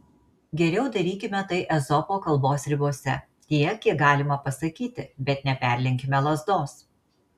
geriau darykime tai ezopo kalbos ribose tiek kiek galima pasakyti bet neperlenkime lazdos